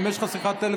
ואם יש לך שיחת טלפון,